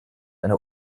eine